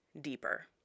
deeper